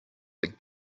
but